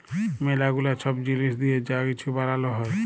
ম্যালা গুলা ছব জিলিস দিঁয়ে যা কিছু বালাল হ্যয়